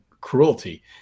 cruelty